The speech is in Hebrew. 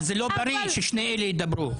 אבל זה לא בריא ששני אלה ידברו.